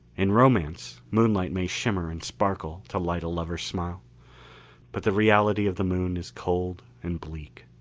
in romance moonlight may shimmer and sparkle to light a lover's smile but the reality of the moon is cold and bleak.